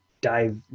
dive